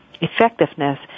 effectiveness